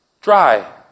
Dry